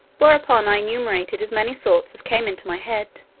whereupon i enumerated as many sorts as came into my head,